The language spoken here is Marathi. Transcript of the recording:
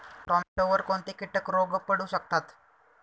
टोमॅटोवर कोणते किटक रोग पडू शकतात?